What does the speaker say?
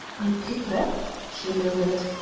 i pick up? she murmured.